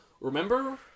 Remember